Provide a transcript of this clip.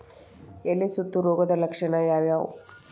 ಎಲೆ ಸುತ್ತು ರೋಗದ ಲಕ್ಷಣ ಯಾವ್ಯಾವ್?